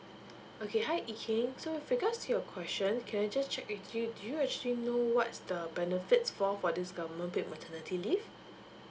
okay hi yee keng with regards to your question can I just check with you do you actually know what's the benefits for for this government paid maternity leave